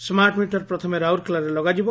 ସ୍କାର୍ଟ meter ପ୍ରଥମେ ରାଉରକେଲାରେ ଲଗାଯିବ